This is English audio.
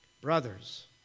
Brothers